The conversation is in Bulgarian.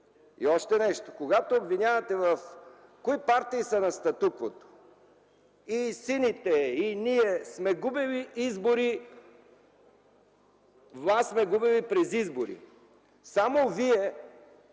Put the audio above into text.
И още нещо. Когато обвинявате кои са партиите на статуквото и „сините”, ние сме губили избори, но власт сме губили през избори. Само на